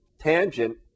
tangent